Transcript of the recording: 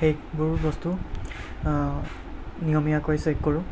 সেইবোৰ বস্তু নিয়মীয়াকৈ চেক কৰোঁ